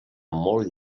molt